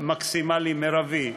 מקסימלי מרבי.